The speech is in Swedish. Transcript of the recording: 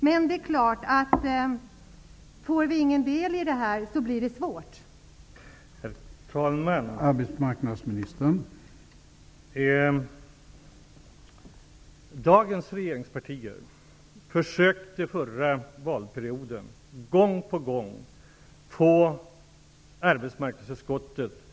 Men får vi ingen del i det här, blir det naturligtvis svårt.